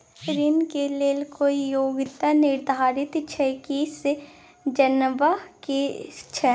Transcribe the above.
ऋण के लेल कोई योग्यता निर्धारित छै की से जनबा के छै?